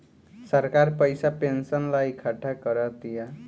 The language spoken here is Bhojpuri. सरकार पइसा पेंशन ला इकट्ठा करा तिया